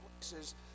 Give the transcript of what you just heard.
places